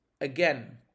again